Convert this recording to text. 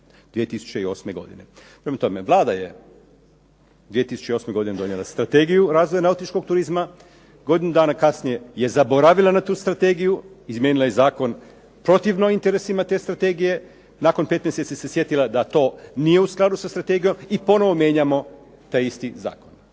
2008. godine. Prema tome Vlada je 2008. godine donijela strategiju razvoja nautičkog turizma, godinu dana kasnije je zaboravila na tu strategiju, izmijenila je zakon protivno interesima te strategije. Nakon 5 mj. se sjetila da to nije u skladu sa strategijom i ponovno mijenjamo taj isti zakon.